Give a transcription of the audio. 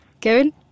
Kevin